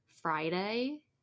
Friday